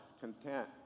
content